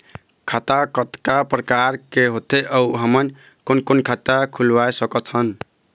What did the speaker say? खाता कतका प्रकार के होथे अऊ हमन कोन कोन खाता खुलवा सकत हन?